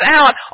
out